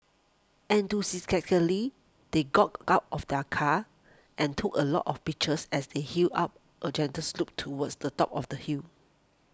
they got out of their car and took a lot of pictures as they hiked up a gentle slope towards the top of the hill